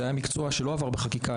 זה היה מקצוע שלא עבר בחקיקה,